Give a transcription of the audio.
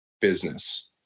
business